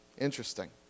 Interesting